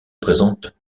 présente